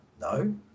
no